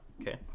okay